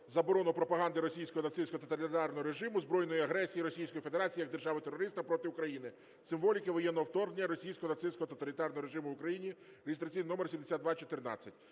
заборону пропаганди російської нацистського тоталітарного режиму, збройної агресії Російської Федерації як держави-терориста проти України, символіки воєнного вторгнення російського нацистського тоталітарного режиму в Україну" (реєстраційний номер 7214).